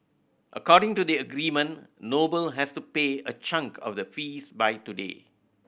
according to the agreement Noble has to pay a chunk of the fees by today